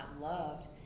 loved